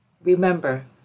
Remember